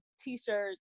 t-shirt